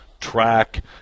track